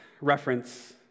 reference